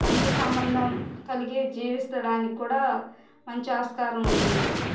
మంచి సంబంధం కలిగి జీవించడానికి కూడా మంచి ఆస్కారం ఉంటుంది